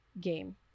game